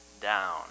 down